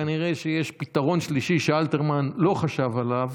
כנראה שיש פתרון שלישי שאלתרמן לא חשב עליו.